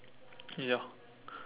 ya